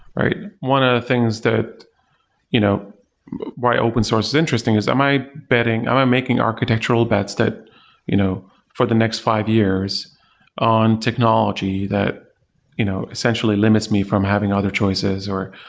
right? one of the things that you know why open source is interesting is am i betting, am i making architectural bets that you know for the next five years on technology, that you know essentially limits me from having other choices, or